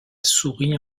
souris